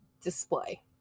display